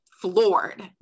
floored